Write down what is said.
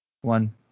one